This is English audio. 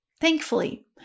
thankfully